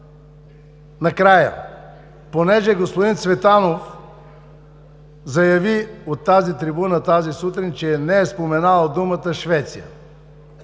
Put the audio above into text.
Накрая. Понеже господин Цветанов заяви от тази трибуна тази сутрин, че споменал думата „Швеция“.